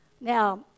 Now